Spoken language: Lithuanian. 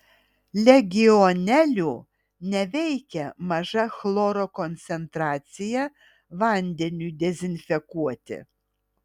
legionelių neveikia maža chloro koncentracija vandeniui dezinfekuoti